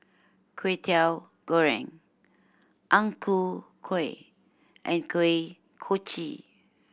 Kwetiau Goreng Ang Ku Kueh and Kuih Kochi